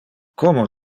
como